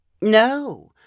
No